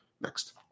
Next